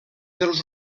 dels